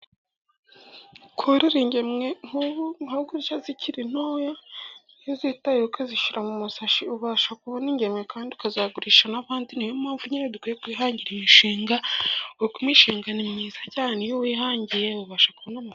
Korora ingemwe nk'ubu nka gutya zikiri ntoya, iyo uzitayeho ukazishyira mu masashi ubasha kubona ingemwe, kandi ukazagurisha n'abandi. Niyo mpamvu nyine ukwiye kwihangira imishinga, kuko imishinga ni myiza cyane, iyo uwihangiye ubasha kubona ama....